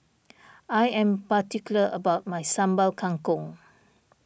I am particular about my Sambal Kangkong